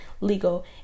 legal